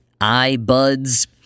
iBuds